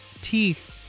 teeth